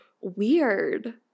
weird